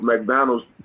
McDonald's